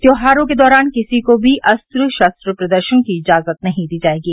त्यौहारों के दौरान किसी को भी अस्त्र शस्त्र प्रदर्शन की इजाजत नहीं दी जायेगी